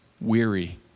weary